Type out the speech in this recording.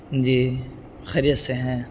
جی خیریت سے ہیں